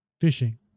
Fishing